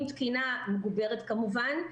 עם תקינה מוגברת כמובן,